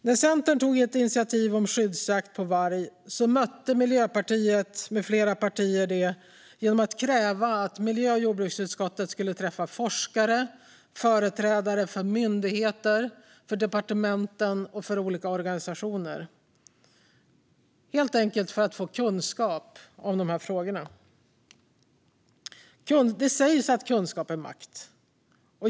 När Centern tog ett initiativ om skyddsjakt på varg mötte Miljöpartiet med flera partier det genom att kräva att miljö och jordbruksutskottet skulle träffa forskare och företrädare för myndigheter, departementen och olika organisationer helt enkelt för att få kunskap om dessa frågor. Det sägs att kunskap är makt.